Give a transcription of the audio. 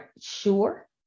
sure